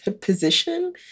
position